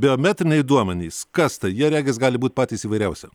biometriniai duomenys kas tai jie regis gali būt patys įvairiausi